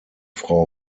frau